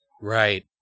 Right